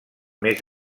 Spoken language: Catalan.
més